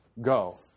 go